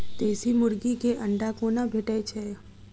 देसी मुर्गी केँ अंडा कोना भेटय छै?